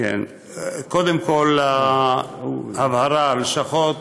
קודם כול, הבהרה: הלשכות